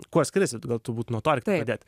kuo skiriasi gal turbūt nuo to reik pradėt